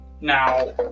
Now